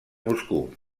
moscou